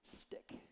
stick